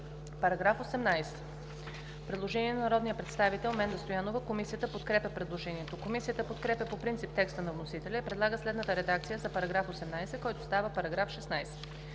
По § 25 има предложение на народния представител Менда Стоянова. Комисията подкрепя предложението. Комисията подкрепя по принцип текста на вносителя и предлага следната редакция на § 25, който става § 23: „§ 23.